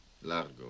Largo